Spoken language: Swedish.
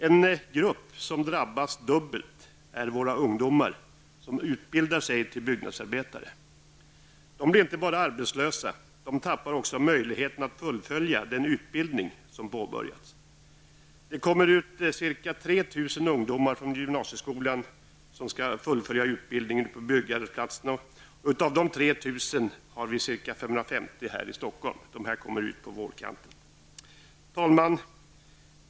En grupp som drabbas dubbelt så mycket som andra grupper är de ungdomar som utbildar sig till byggnadsarbetare. Dessa ungdomar blir inte bara arbetslösa. De förlorar också möjligheten att fullfölja påbörjad utbildning. Ca 3 000 ungdomar kommer ut från gymnasieskolan, och dessa skall fullfölja sin utbildning ute på arbetsplatserna. Av de här 3 000 ungdomarna finns ca 550 i Stockholm. De kommer alltså ut från gymnasieskolan fram på vårkanten. Herr talman!